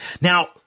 Now